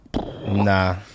nah